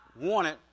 wanted